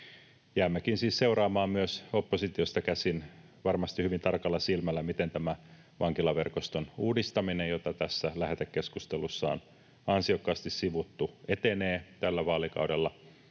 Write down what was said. Jäämmekin siis seuraamaan myös oppositiosta käsin varmasti hyvin tarkalla silmällä, miten tämä vankilaverkoston uudistaminen, jota tässä lähetekeskustelussa on ansiokkaasti sivuttu, etenee tällä vaalikaudella